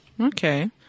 Okay